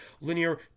linear